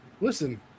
listen